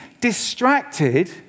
distracted